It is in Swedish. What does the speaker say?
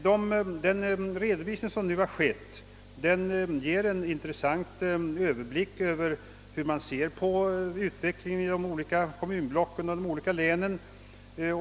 Den redovisning som har gjorts ger i alla fall en intressant överblick över hur man ser på utvecklingen inom kommunblocken och de olika länen.